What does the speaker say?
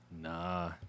Nah